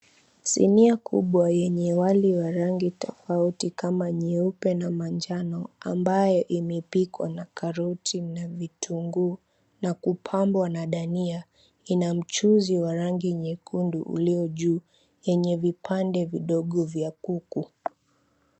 Sinia kubwa yenye wali wa rangi tofauti kama nyeupe na manjano, ambayo imepikwa na karoti na vitunguu na kupambwa na dania, ina mchuzi wa rangi nyekundu ulio juu, yenye vipande vidogo vya kuku.